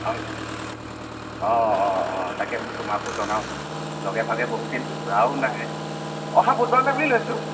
অ অ অ অ তাকে বোলো তোমাকো জনাওঁচোন লগে ভাগে বহুতদিন ফুৰাও নাই অহা বুধবাৰলৈ বুলি লৈছোঁ